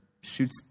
shoots